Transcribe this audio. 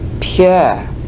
pure